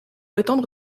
étendre